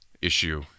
issue